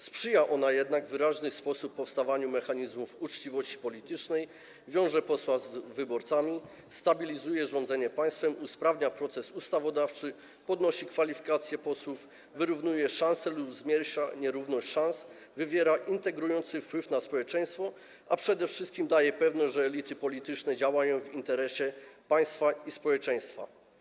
Sprzyja ona jednak w wyraźny sposób powstawaniu mechanizmów uczciwości politycznej, wiąże posła z wyborcami, stabilizuje rządzenie państwem, usprawnia proces ustawodawczy, podnosi kwalifikacje posłów, wyrównuje szanse lub zmniejsza nierówność szans, wywiera integrujący wpływ na społeczeństwo, a przede wszystkim daje pewność, że elity polityczne działają w interesie państwa i społeczeństwa.